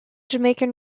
jamaican